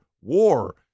War